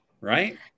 Right